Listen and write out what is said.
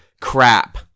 crap